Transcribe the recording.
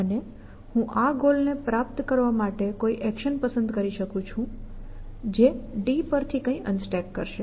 અને હું આ ગોલ ને પ્રાપ્ત કરવા માટે કોઈ એક્શન પસંદ કરી શકું છું જે D પર થી કંઈ અનસ્ટેક કરશે